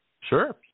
Sure